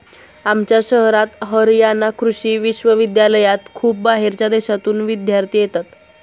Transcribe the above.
आमच्या शहरात हरयाणा कृषि विश्वविद्यालयात खूप बाहेरच्या देशांतून विद्यार्थी येतात